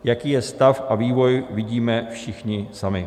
Jaký je stav a vývoj, vidíme všichni sami.